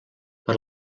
per